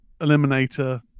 eliminator